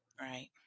Right